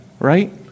right